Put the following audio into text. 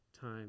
time